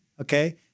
okay